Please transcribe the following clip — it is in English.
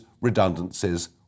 redundancies